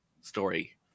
story